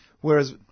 Whereas